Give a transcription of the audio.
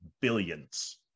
billions